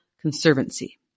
conservancy